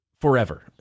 forever